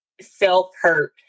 self-hurt